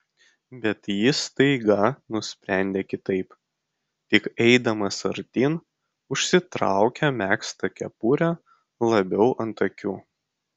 bet jis staiga nusprendė kitaip tik eidamas artyn užsitraukė megztą kepurę labiau ant akių